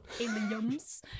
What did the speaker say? aliens